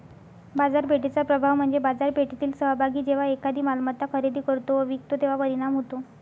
बाजारपेठेचा प्रभाव म्हणजे बाजारपेठेतील सहभागी जेव्हा एखादी मालमत्ता खरेदी करतो व विकतो तेव्हा परिणाम होतो